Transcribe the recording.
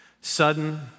Sudden